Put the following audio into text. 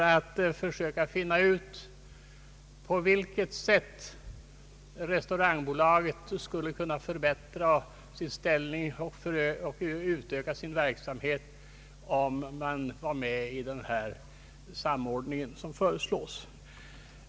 Jag försökte finna ut på vilket sätt Restaurangbolaget skulle kunna förbättra sin ställning och utöka sin verksamhet i den samordning som föreslås.